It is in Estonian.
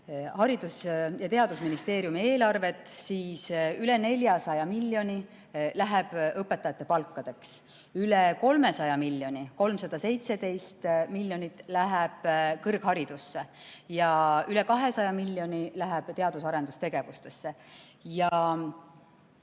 Haridus- ja Teadusministeeriumi eelarvet, siis üle 400 miljoni läheb õpetajate palkadeks. Üle 300 miljoni, 317 miljonit läheb kõrgharidusse ja üle 200 miljoni läheb teadus- ja arendustegevustesse. Ja